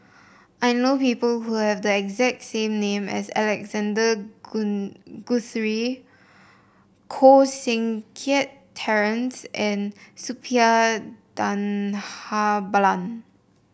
I know people who have the exact same name as Alexander Guthrie Koh Seng Kiat Terence and Suppiah Dhanabalan